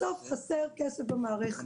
בסוף חסר כסף במערכת.